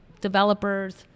developers